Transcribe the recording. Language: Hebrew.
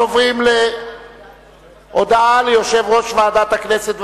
אנחנו עוברים להודעה ליושב-ראש ועדת הכנסת.